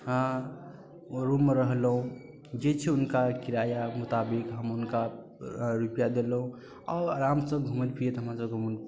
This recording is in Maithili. हँ ओ रूममे रहलहुँ जे छै हुनका किराआ मुताबिक हम हुनका रूपैआ देलहुँ आओर आरामसँ घूमैत फिरैत हमर सबके मन